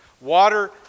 Water